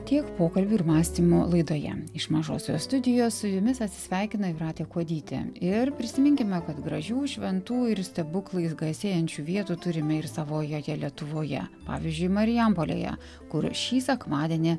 tiek pokalbių ir mąstymo laidoje iš mažosios studijos su jumis atsisveikina jūratė kuodytė ir prisiminkime kad gražių šventų ir stebuklais garsėjančių vietų turime ir savojoje lietuvoje pavyzdžiui marijampolėje kur šį sekmadienį